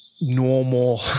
normal